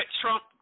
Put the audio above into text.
Trump